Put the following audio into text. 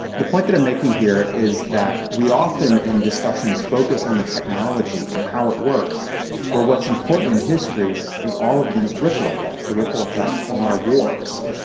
the point that i'm making here is that we often in discussions focus on the technology and how it works where what's important in history is all of these ripple effects. the ripple effects on our wars.